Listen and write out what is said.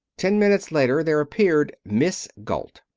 ten minutes later there appeared miss galt.